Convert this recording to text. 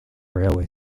railway